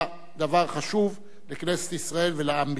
דבר חשוב לכנסת ישראל ולעם בישראל.